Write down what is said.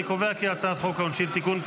אני קובע כי הצעת חוק העונשין (תיקון,